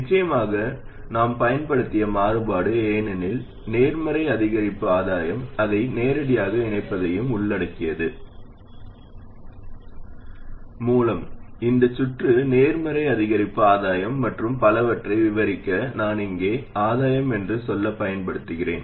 நிச்சயமாக நாம் பயன்படுத்திய மாறுபாடு ஏனெனில் நேர்மறை அதிகரிப்பு ஆதாயம் அதை நேரடியாக இணைப்பதையும் உள்ளடக்கியது மூலம் இந்த சுற்று நேர்மறை அதிகரிப்பு ஆதாயம் மற்றும் பலவற்றை விவரிக்க நான் இங்கே ஆதாயம் என்ற சொல்லைப் பயன்படுத்துகிறேன்